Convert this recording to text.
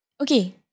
Okay